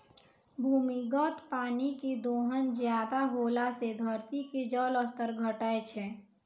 भूमिगत पानी के दोहन ज्यादा होला से धरती के जल स्तर घटै छै